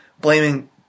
blaming